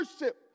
worship